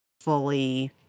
fully